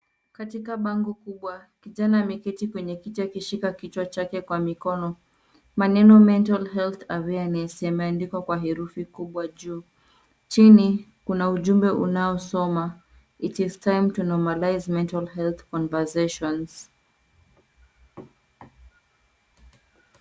Katika bango kubwa kijana ameketi kwenye kiti akishika kichwa chake kwa mikono. Maneno Mental Health Awareness yameandikwa kwa herufi kubwa juu. Chini kuna ujumbe unaosoma it's time to normalize mental health conversations .